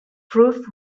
proved